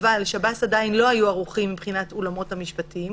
אני מבקשת מעו"ד פויכטונגר להציג את ההצעה.